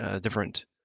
different